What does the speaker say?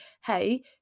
hey